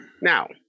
Now